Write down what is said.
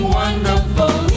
wonderful